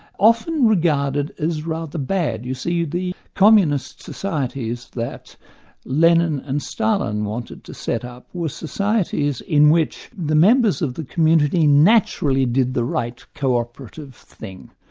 often regarded as rather bad. you see the communist societies that lenin and stalin wanted to set up were societies in which the members of the community naturally did the right co-operative thing.